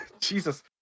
Jesus